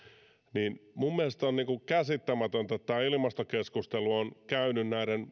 niin minun mielestäni on käsittämätöntä että tämä ilmastokeskustelu on käynyt